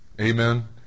Amen